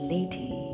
Lady